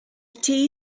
tea